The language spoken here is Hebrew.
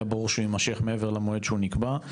ברור שהוא יימשך מעבר למועד שהוא נקבע,